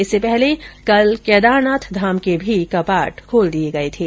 इससे पहले कल कैदारनाथ धाम के भी कपाट खोल दिये गये थे